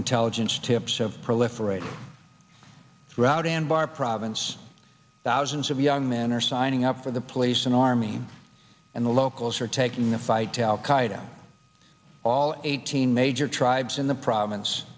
intelligence tips so proliferate throughout and our province thousands of young men are signing up for the police and army and the locals are taking the fight to al qaeda all eighteen major tribes in the province